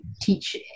teach